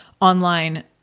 online